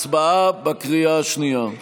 הצבעה בקריאה השנייה.